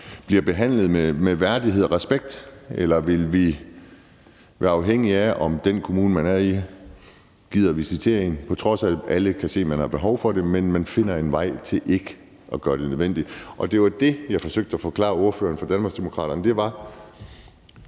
bliver behandlet med værdighed og respekt, eller vil vi være afhængige af, om den kommune, man er i, gider visitere en, til trods for at alle kan se, at man har behov for det, men hvor de finder en vej til ikke at gøre det nødvendige? Det var det, jeg forsøgte at forklare ordføreren for Danmarksdemokraterne: Ja,